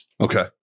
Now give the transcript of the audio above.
okay